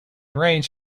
range